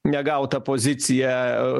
negautą poziciją